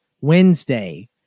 Wednesday